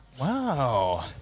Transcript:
Wow